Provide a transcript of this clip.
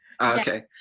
Okay